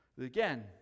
Again